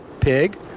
pig